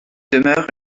demeure